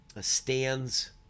stands